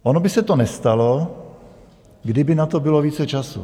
Ono by se to nestalo, kdyby na to bylo více času.